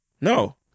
No